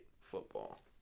Football